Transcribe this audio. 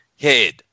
head